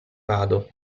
vado